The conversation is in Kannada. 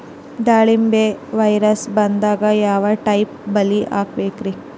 ದಾಳಿಂಬೆಗೆ ವೈರಸ್ ಬರದಂಗ ಯಾವ್ ಟೈಪ್ ಬಲಿ ಹಾಕಬೇಕ್ರಿ?